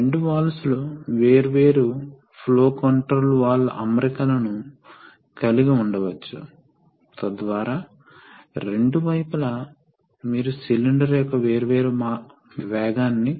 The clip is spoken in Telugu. కాబట్టి మనము A ని శక్తివంతం చేయడం ద్వారా లేదా B ని శక్తివంతం చేయడం ద్వారా లేదా ఏదీ శక్తినివ్వడం ద్వారా సాధించగలమని మీరు చూశారు కాబట్టి మనము సిస్టమ్ ఆపరేటింగ్ ప్రెజర్ మోడ్ ను ఎంచుకోవచ్చు ఇది రెండవ ఉదాహరణ